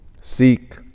Seek